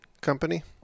company